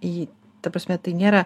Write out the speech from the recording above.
į ta prasme tai nėra